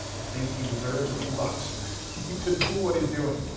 i think he deserves a few bucks to do what he's doing.